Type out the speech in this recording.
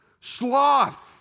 sloth